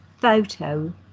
Photo